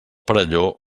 perelló